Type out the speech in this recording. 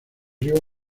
río